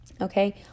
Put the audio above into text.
okay